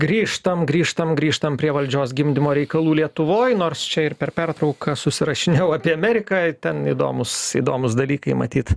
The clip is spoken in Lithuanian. grįžtam grįžtam grįžtam prie valdžios gimdymo reikalų lietuvoj nors čia ir per pertrauką susirašinėjau apie ameriką ten įdomūs įdomūs dalykai matyt